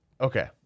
Okay